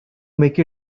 make